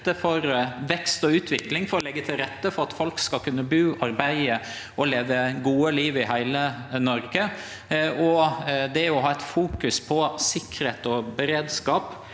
for vekst og utvikling, for å leggje til rette for at folk skal kunne bu, arbeide og leve eit godt liv i heile Noreg. Det å ha eit fokus på sikkerheit og beredskap